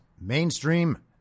mainstream